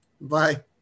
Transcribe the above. Bye